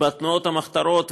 בתנועות המחתרות,